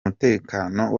mutekano